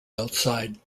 outside